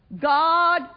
God